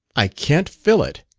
i can't fill it.